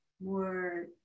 more